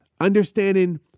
understanding